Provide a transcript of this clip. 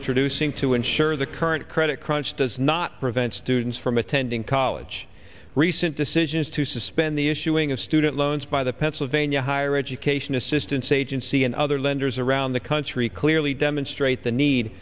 introducing to insure the current credit crunch does not prevent students from attending college recent decisions to suspend the issuing of student loans by the pennsylvania higher education assistants agency and other lenders around the country clearly demonstrate the need